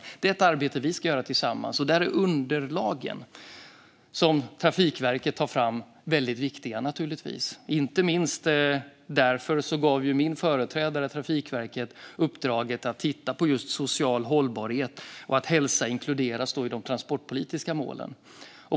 Det är ett arbete vi ska göra tillsammans. Där är naturligtvis de underlag som Trafikverket tar fram väldigt viktiga. Inte minst därför gav min företrädare Trafikverket uppdraget att titta på just social hållbarhet. Och hälsa inkluderas i de transportpolitiska målen.